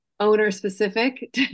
Owner-specific